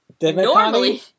normally